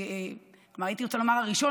"השני"; כלומר הייתי רוצה לומר "הראשון",